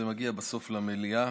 זה מגיע בסוף למליאה.